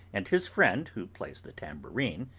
and his friend who plays the tambourine,